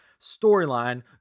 storyline